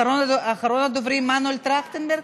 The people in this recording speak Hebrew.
אחרון הדוברים מנואל טרכטנברג?